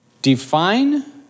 Define